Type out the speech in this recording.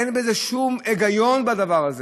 אין שום היגיון בדבר הזה,